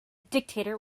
dictator